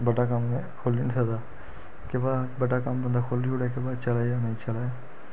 बड्डा कम्म खोली नी सकदा केह् पता बड्डा कम्म बंदा खोली ओड़ै केह् पता चलै जां नेईं चलै